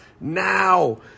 now